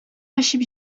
ачып